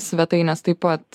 svetaines taip pat